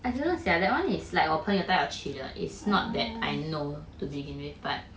I don't know sia that one is like 我朋友带我去的 it's not that I know to begin with but